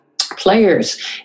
players